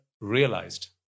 realized